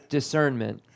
Discernment